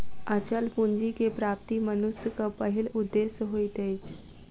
अचल पूंजी के प्राप्ति मनुष्यक पहिल उदेश्य होइत अछि